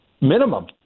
Minimum